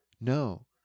No